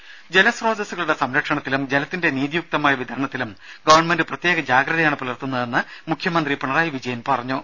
രുമ ജലസ്രോതസുകളുടെ സംരക്ഷണത്തിലും ജലത്തിന്റെ നീതിയുക്തമായ വിതരണത്തിലും ഗവർണമെന്റ് പ്രത്യേക ജാഗ്രതയാണ് പുലർത്തുന്നതെന്ന് മുഖ്യമന്ത്രി പിണറായി വിജയൻ പറഞ്ഞു